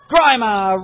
Grimer